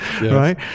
right